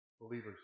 believers